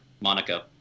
Monaco